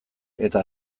eta